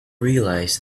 realise